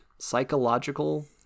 Psychological